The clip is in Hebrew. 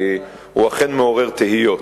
כי הוא אכן מעורר תהיות.